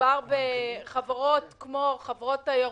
מדובר בחברות כמו חברות תיירות,